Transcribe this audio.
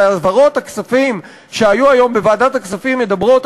אבל העברות הכספים שהיו היום בוועדת הכספים מדברות